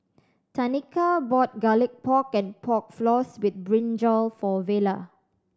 Tanika bought Garlic Pork and Pork Floss with brinjal for Vella